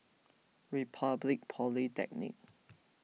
Republic Polytechnic